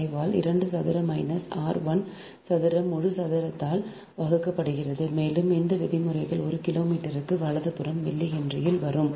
05 ஆல் 2 சதுர minus R 1 சதுர முழு சதுரத்தால் வகுக்கப்படுகிறது மேலும் இந்த விதிமுறைகள் ஒரு கிலோமீட்டருக்கு வலதுபுறம் மில்லி ஹென்றியில் வரும்